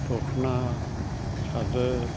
दख'ना सादोर